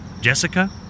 Jessica